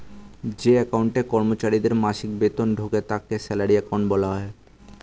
যে অ্যাকাউন্টে কর্মচারীদের মাসিক বেতন ঢোকে তাকে স্যালারি অ্যাকাউন্ট বলা হয়